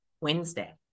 Wednesday